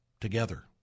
together